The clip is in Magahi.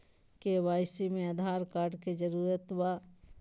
के.वाई.सी में आधार कार्ड के जरूरत बा?